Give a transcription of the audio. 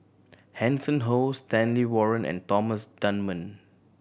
Hanson Ho Stanley Warren and Thomas Dunman